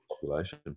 population